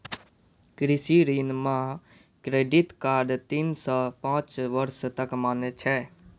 कृषि ऋण मह क्रेडित कार्ड तीन सह पाँच बर्ष तक मान्य छै